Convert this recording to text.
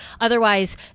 Otherwise